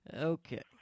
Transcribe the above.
Okay